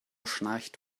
schnarcht